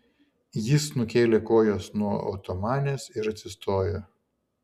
jis nukėlė kojas nuo otomanės ir atsistojo